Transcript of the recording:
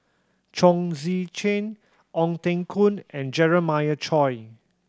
Chong Tze Chien Ong Teng Koon and Jeremiah Choy